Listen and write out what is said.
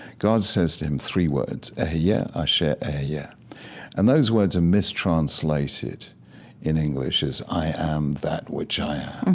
god says to him three words ah hayah yeah asher hayah. ah yeah and those words are mistranslated in english as i am that which i am.